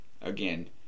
Again